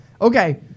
Okay